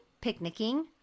picnicking